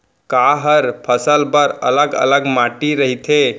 का हर फसल बर अलग अलग माटी रहिथे?